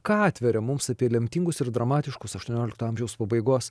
ką atveria mums apie lemtingus ir dramatiškus aštuoniolikto amžiaus pabaigos